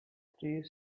three